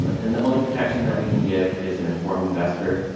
and the only protection that we can give is an informed investor,